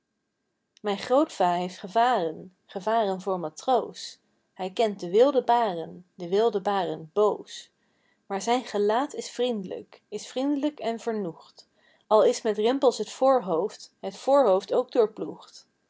mijn grootva heeft gevaren gevaren voor matroos hij kent de wilde baren de wilde baren boos maar zijn gelaat is vriend'lijk is vriend'lijk en vernoegd al is met rimpels t voorhoofd het voorhoofd ook